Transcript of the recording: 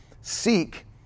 seek